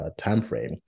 timeframe